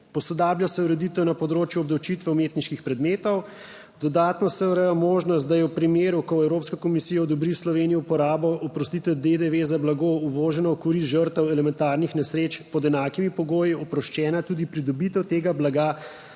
posodablja se ureditev na področju obdavčitve umetniških predmetov, dodatno se ureja možnost, da je v primeru, ko Evropska komisija odobri Sloveniji uporabo oprostitve DDV za blago uvoženo v korist žrtev elementarnih nesreč, pod enakimi pogoji oproščena tudi pridobitev tega blaga